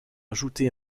ajouté